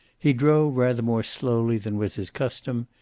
he drove rather more slowly than was his custom,